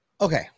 okay